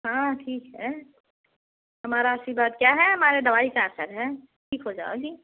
हाँ ठीक है हमारा आशीर्वाद क्या है हमारे दवाई का असर है ठीक हो जाओगी